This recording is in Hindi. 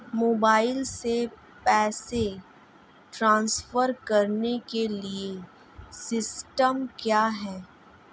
मोबाइल से पैसे ट्रांसफर करने के लिए सिस्टम क्या है?